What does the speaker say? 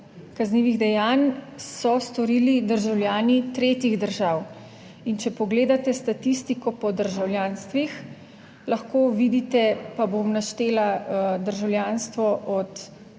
so storili državljani tretjih držav in če pogledate statistiko po državljanstvih, lahko vidite, pa bom naštela državljanstvo, od